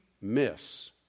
miss